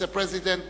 Mr. President,